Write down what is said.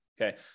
Okay